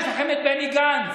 יש לכם את בני גנץ.